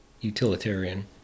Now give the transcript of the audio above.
utilitarian